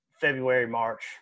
February-March